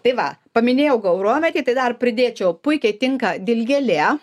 tai va paminėjau gaurometį tai dar pridėčiau puikiai tinka dilgėlė